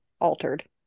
altered